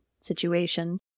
situation